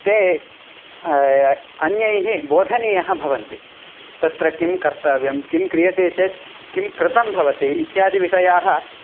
ते अन्यैः बोधनीयाः भवन्ति तत्र किं कर्तव्यं किं क्रियते चेत् किं कृतं भवति इत्यादिविषयाः